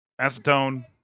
acetone